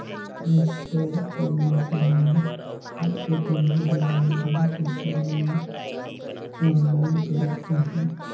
आएस काएल के मइनसे मन हर अपन ढेरे लेन देन के काम ल आनलाईन करत अहें